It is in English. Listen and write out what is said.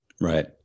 Right